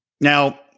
Now